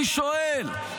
אני שואל,